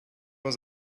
was